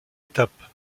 étape